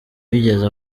wigeze